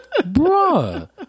Bruh